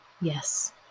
Yes